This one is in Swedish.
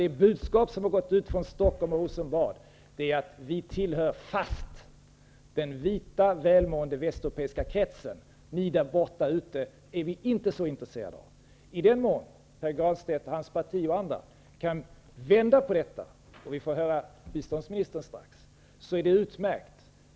Det budskap som har gått ut från Stockholm och Rosenbad är: Vi tillhör fast den vita, välmående västeuropeiska kretsen. Ni därborta är vi inte så intresserade av. I den mån Pär Granstedt, hans parti och andra kan vända på detta -- vi får strax höra vad biståndsministern säger -- är det utmärkt.